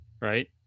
right